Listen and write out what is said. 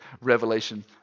Revelation